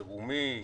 חירומי,